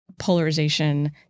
polarization